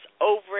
over